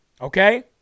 Okay